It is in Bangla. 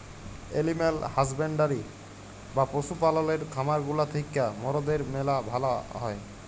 এলিম্যাল হাসব্যান্ডরি বা পশু পাললের খামার গুলা থিক্যা মরদের ম্যালা ভালা হ্যয়